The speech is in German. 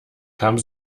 kamen